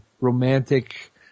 romantic